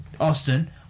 Austin